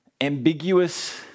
ambiguous